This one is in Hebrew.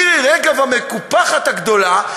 מירי רגב המקופחת הגדולה,